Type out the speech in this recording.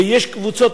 ויש קבוצות,